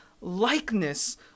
likeness